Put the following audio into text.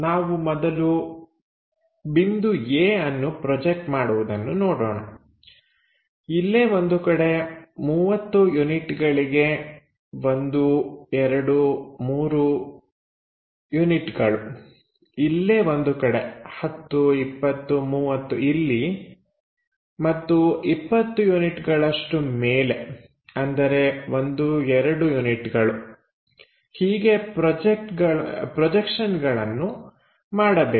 ನಾವು ಮೊದಲು ಬಿಂದು a ಅನ್ನು ಪ್ರೊಜೆಕ್ಟ್ ಮಾಡುವುದನ್ನು ನೋಡೋಣ ಇಲ್ಲೇ ಒಂದು ಕಡೆ 30 ಯೂನಿಟ್ ಗಳಿಗೆ 123 ಯೂನಿಟ್ಗಳು ಇಲ್ಲೇ ಒಂದು ಕಡೆ 10 20 30 ಇಲ್ಲಿ ಮತ್ತು 20 ಯೂನಿಟ್ಗಳಷ್ಟು ಮೇಲೆ ಅಂದರೆ 1 2 ಯೂನಿಟ್ಗಳು ಹೀಗೆ ಪ್ರೊಜೆಕ್ಷನ್ಗಳನ್ನು ಮಾಡಬೇಕು